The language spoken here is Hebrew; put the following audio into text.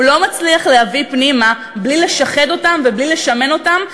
הוא לא מצליח להביא פנימה בלי לשחד אותם ובלי לשמן אותם.